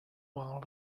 while